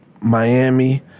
Miami